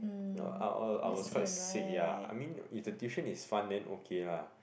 no I I I was quite sick ya I mean if the tuition is fun then okay lah